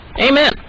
Amen